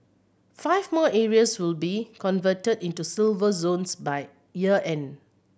five more areas will be converted into Silver Zones by year end